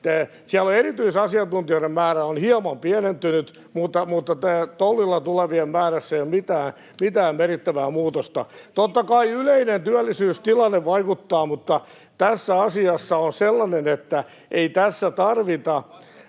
Siellä on erityisasiantuntijoiden määrä hieman pienentynyt, mutta TTOLilla tulevien määrässä ei ole mitään merkittävää muutosta. [Miapetra Kumpula-Natrin välihuuto] Totta kai yleinen työllisyystilanne vaikuttaa, mutta tämä asia on sellainen, että eivät tässä mitkään